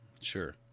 Sure